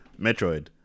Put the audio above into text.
Metroid